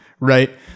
right